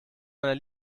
meiner